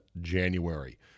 January